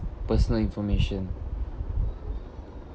personal information